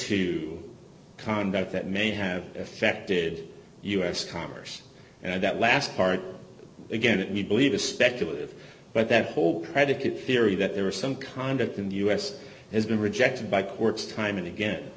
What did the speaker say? to conduct that may have affected u s commerce and that last part again it need believe is speculative but that whole predicate theory that there was some conduct in the u s has been rejected by courts time and again